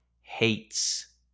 hates